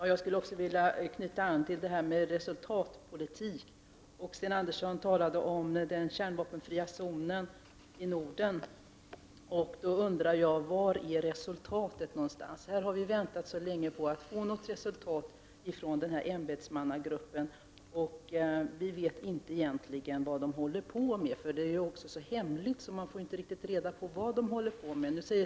Herr talman! Också jag vill knyta an till detta med resultatpolitik. Sten Andersson talade om den kärnvapenfria zonen i Norden. Jag undrar då: Var är resultatet någonstans? Vi har väntat länge på att få något resultat ifrån ämbetsmannagruppen. Vi vet egentligen inte vad denna grupp sysslar med, för dess verksamhet är ju så hemlig.